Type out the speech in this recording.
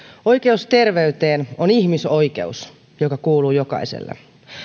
oikeus terveyteen on ihmisoikeus joka kuuluu jokaiselle